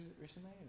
recently